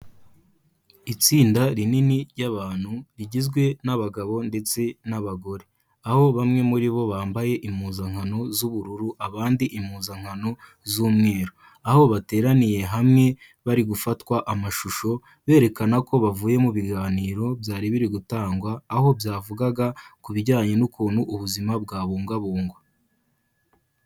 Itsinda rinini ry'abantu rigizwe n'abagabo ndetse n'abagore. Aho bamwe muri bo bambaye impuzankano z'ubururu, abandi impuzankano z'umweru. Aho bateraniye hamwe bari gufatwa amashusho, berekana ko bavuye mu biganiro byari biri gutangwa, aho byavugaga ku bijyanye n'ukuntu ubuzima bwabungwabungwa.